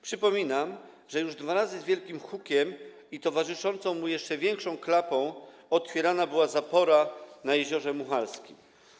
Przypominam, że już dwa razy z wielkim hukiem i towarzyszącą mu jeszcze większą klapą otwierana była zapora na Jeziorze Mucharskim.